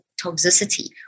toxicity